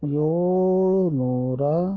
ಏಳು ನೂರ